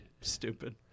stupid